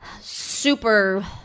super